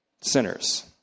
sinners